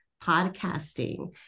podcasting